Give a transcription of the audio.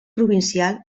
provincial